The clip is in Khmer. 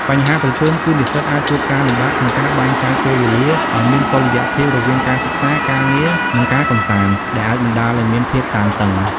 បញ្ហាប្រឈមគឺនិស្សិតអាចជួបការលំបាកក្នុងការបែងចែកពេលវេលាឲ្យមានតុល្យភាពរវាងការសិក្សា ការងារ និងការកម្សាន្ត ដែលអាចបណ្ដាលឲ្យមានភាពតានតឹង។